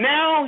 Now